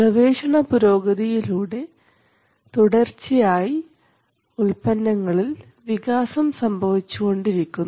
ഗവേഷണ പുരോഗതിയിലൂടെ തുടർച്ചയായി ഉൽപന്നങ്ങളിൽ വികാസം സംഭവിച്ചുകൊണ്ടിരിക്കുന്നു